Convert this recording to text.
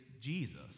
Jesus